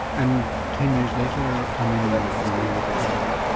and ten years later, how many were you able to follow up?